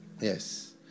Yes